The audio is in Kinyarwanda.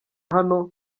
hano